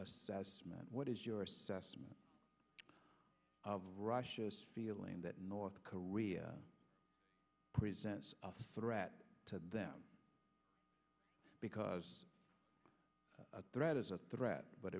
assessment what is your assessment of russia's feeling that north korea presents a threat to them because a threat is a threat but